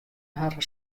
harren